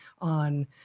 on